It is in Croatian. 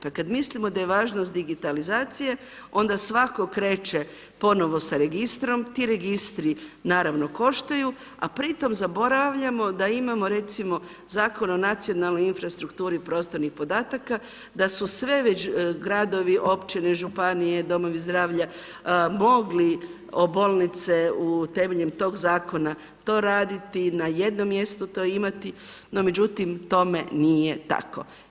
Pa kad mislimo da je važnost digitalizacije, onda svatko kreće ponovno sa registrom, ti registri naravno koštaju a pri tome zaboravljamo da imamo recimo Zakon o nacionalnoj infrastrukturi prostornih podataka, da su sve već gradovi, općine, županije, domovi zdravlja mogli o bolnice temeljem tog zakona to raditi, na jednom mjestu to imati, no međutim tome nije tako.